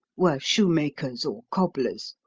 were shoe-makers or cobblers.